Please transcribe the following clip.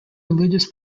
religious